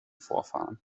vorfahren